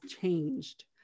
changed